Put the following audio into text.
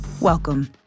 welcome